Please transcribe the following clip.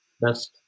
best